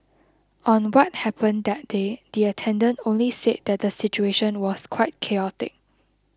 on what happened that day the attendant only said that the situation was quite chaotic